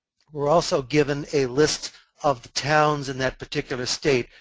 we're also given a list of towns in that particular state.